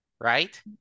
right